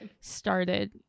started